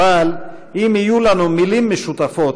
אבל אם יהיו לנו מילים משותפות,